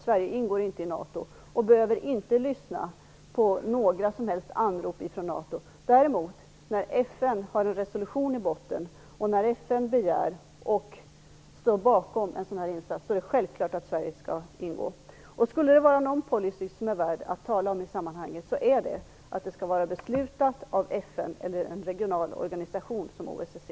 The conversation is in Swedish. Sverige ingår inte i NATO och behöver inte lyssna på några som helst anrop från NATO. När det däremot finns en resolution från FN i botten och när FN begär och står bakom en sådan här insats, är det självklart att Sverige skall ingå. Skulle det vara värt att tala om någon policy i sammanhanget, är det att insatsen skall vara beslutad av FN eller en regional organisation som OSSE.